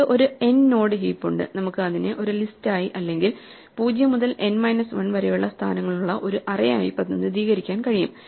നമുക്ക് ഒരു n node heap ഉണ്ട് നമുക്ക് അതിനെ ഒരു ലിസ്റ്റായി അല്ലെങ്കിൽ 0 മുതൽ n മൈനസ് 1 വരെയുള്ള സ്ഥാനങ്ങളുള്ള ഒരു അറേ ആയി പ്രതിനിധീകരിക്കാൻ കഴിയും